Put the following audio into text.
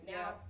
Now